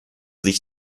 sich